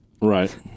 Right